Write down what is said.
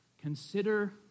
consider